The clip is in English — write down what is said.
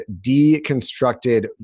deconstructed